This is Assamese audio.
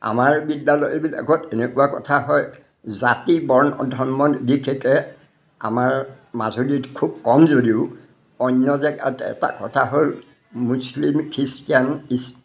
আমাৰ বিদ্যালয়বিলাকত এনেকুৱা কথা হয় জাতি বৰ্ণ ধৰ্ম নিৰ্বিশেষে আমাৰ মাজুলীত খুব কম যদিও অন্য জেগাত এটা কথা হ'ল মুছলিম খ্ৰীষ্টান ইছ